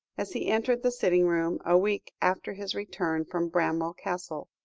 as he entered the sitting-room a week after his return from bramwell castle.